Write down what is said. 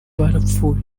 barapfuye